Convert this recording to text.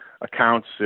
accounts